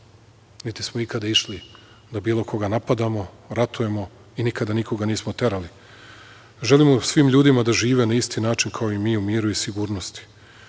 niti smo ikada išli, bilo koga da napadamo, ratujemo i nikada nikog nismo terali. Želimo svim ljudima da žive na isti način, kao i mi, u miru i sigurnosti